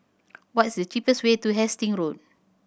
what is the cheapest way to Hastings Road